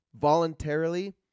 voluntarily